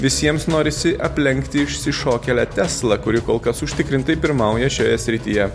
visiems norisi aplenkti išsišokėlę tesla kuri kol kas užtikrintai pirmauja šioje srityje